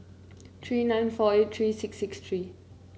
three nine four eight three six six three